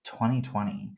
2020